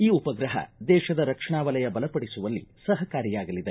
ಈ ಉಪಗ್ರಹ ದೇತದ ರಕ್ಷಣಾ ವಲಯ ಬಲಪಡಿಸುವಲ್ಲಿ ಸಹಕಾರಿಯಾಗಲಿದೆ